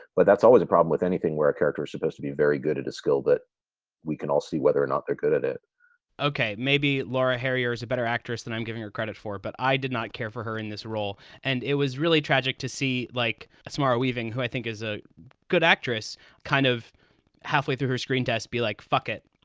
but that's always a problem with anything where a character is supposed to be very good at a skill that we can all see whether or not they're good at it ok, maybe laura harris is a better actress than i'm giving her credit for, but i did not care for her in this role. and it was really tragic to see like a smara weaving who i think is a good actress kind of halfway through her screen, dsb like, fuck it,